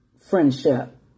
friendship